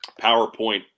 PowerPoint